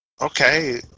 okay